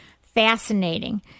fascinating